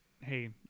hey